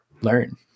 learn